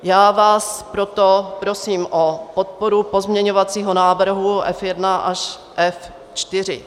Já vás proto prosím o podporu pozměňovacího návrhu F1 až F4.